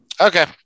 Okay